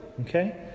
Okay